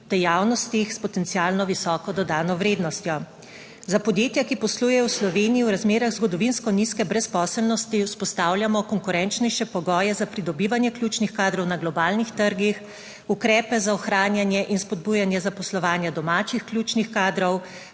dejavnostih s potencialno visoko dodano vrednostjo. Za podjetja, ki poslujejo v Sloveniji v razmerah zgodovinsko nizke brezposelnosti, vzpostavljamo konkurenčnejše pogoje za pridobivanje ključnih kadrov na globalnih trgih, ukrepe za ohranjanje in spodbujanje zaposlovanja domačih ključnih kadrov,